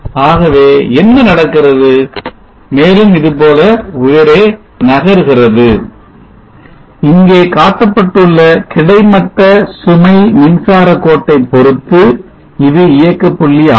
ஆகவே என்ன நடக்கிறது மேலும் இதுபோல உயரே நகர்கிறது இங்கே காட்டப்பட்டுள்ள கிடைமட்ட சுமை மின்சார கோட்டை பொருத்து இது இயக்கப் புள்ளி ஆகும்